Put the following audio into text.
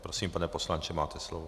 Prosím, pane poslanče, máte slovo.